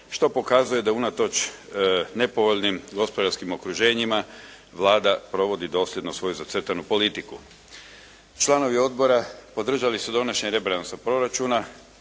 što pokazuje da unatoč nepovoljnim gospodarskim okruženjima Vlada provodi dosljedno svoju zacrtanu politiku. Članovi odbora podržali su donošenje rebalansa proračuna,